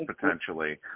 potentially